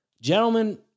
Gentlemen